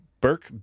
Burke